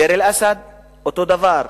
דיר-אל-אסד אותו דבר,